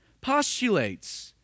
postulates